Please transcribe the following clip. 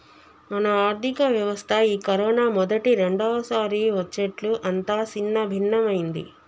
మన ఆర్థిక వ్యవస్థ ఈ కరోనా మొదటి రెండవసారి వచ్చేట్లు అంతా సిన్నభిన్నమైంది